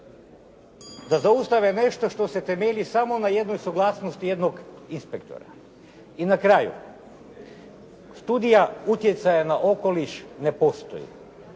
da zaustave nešto što se temelji samo na jednoj suglasnosti jednog inspektora. I na kraju studija utjecaja na okoliš ne postoji.